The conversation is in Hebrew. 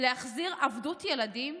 להחזיר עבדות ילדים?